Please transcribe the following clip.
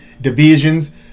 divisions